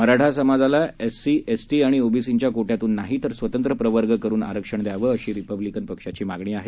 मराठा समाजाला S C S T आणि ओबीसींच्या कोट्यातून नाही तर स्वतंत्र प्रवर्ग करून आरक्षण द्यावं अशी रिपब्लिकन पक्षाची मागणी आहे